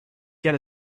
get